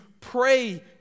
pray